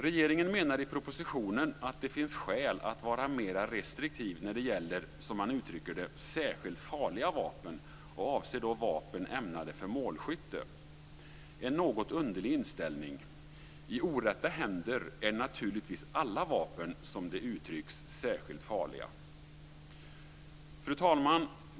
Regeringen menar i propositionen att det finns skäl att vara mera restriktiv när det gäller, som man uttrycker det, särskilt farliga vapen och man avser då vapen ämnade för målskytte - en något underlig inställning. I orätta händer är naturligtvis alla vapen, som det uttrycks, särskilt farliga. Fru talman!